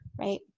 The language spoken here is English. Right